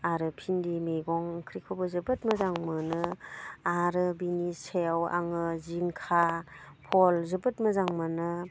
आरो फिनदि मैगं ओंख्रिखौबो जोबोद मोजां मोनो आरो बिनि सायाव आङो जिंखा भल जोबोद मोजां मोनो